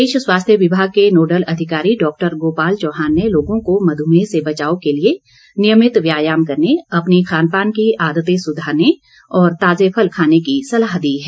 प्रदेश स्वास्थ्य विभाग के नोडल अधिकारी डॉक्टर गोपाल चौहान ने लोगों को मधुमेह से बचाव के लिए नियमित व्यायाम करने अपनी खानपान की आदतें सुधारने और ताजे फल खाने की सलाह दी है